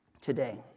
today